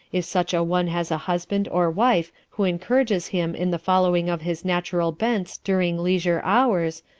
if such a one has a husband or wife who encourages him in the following of his natural bents during leisure hours,